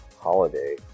holiday